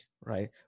right